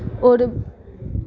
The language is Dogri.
होर